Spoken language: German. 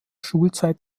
schulzeit